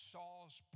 Saul's